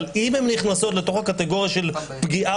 אבל אם הן נכנסות לתוך הקטגוריה של פגיעה